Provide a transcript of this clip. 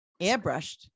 Airbrushed